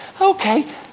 Okay